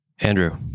Andrew